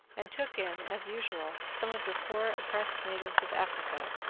and took in, as usual, some of the poor oppressed natives of africa,